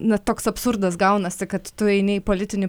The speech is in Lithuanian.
na toks absurdas gaunasi kad tu eini į politinį